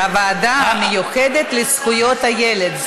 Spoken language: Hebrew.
הוועדה המיוחדת לזכויות הילד.